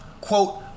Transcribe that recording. quote